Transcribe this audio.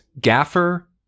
gaffer